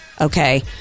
Okay